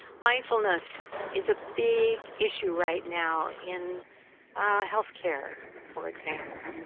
mindfulness is a big issue right now in healthcare for example,